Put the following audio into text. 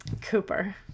Cooper